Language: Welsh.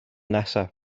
nesaf